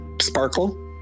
sparkle